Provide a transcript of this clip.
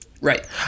Right